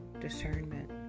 discernment